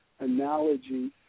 analogy